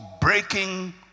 breaking